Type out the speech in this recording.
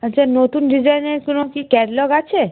আচ্ছা নতুন ডিজাইনের কোনো কি ক্যাটলগ আছে